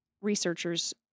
researchers